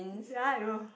ya I know